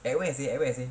at where seh at where seh